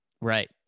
Right